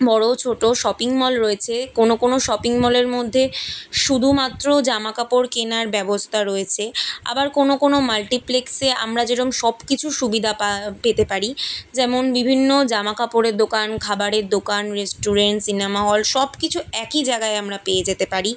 বড় ছোট shopping mall রয়েছে কোনো কোনো শপিং মলের মধ্যে শুধুমাত্র জামাকাপড় কেনার ব্যবস্থা রয়েছে আবার কোনো কোনো মাল্টিপ্লেক্সে আমরা যেরকম সব কিছু সুবিধা পেতে পারি যেমন বিভিন্ন জামা কাপড়ের দোকান খাবারের দোকান রেস্টুরেন্ট সিনেমা হল সব কিছু একই জায়গায় আমরা পেয়ে যেতে পারি